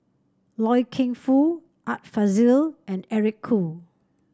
Loy Keng Foo Art Fazil and Eric Khoo